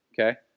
Okay